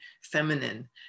Feminine